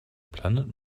planet